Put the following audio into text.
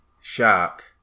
Shark